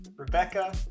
Rebecca